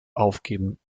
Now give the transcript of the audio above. aufgeben